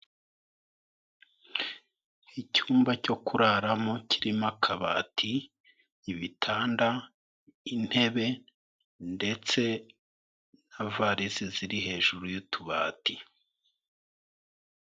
Icyumba cyo kuraramo kirimo akabati, ibitanda, intebe ndetse na varisi ziri hejuru y'utubati.